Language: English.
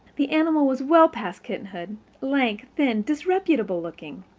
the animal was well past kitten-hood, lank, thin, disreputable looking.